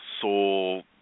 soul